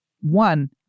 one